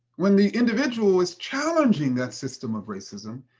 when the individual is challenging that system of racism,